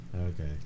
Okay